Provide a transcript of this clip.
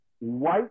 white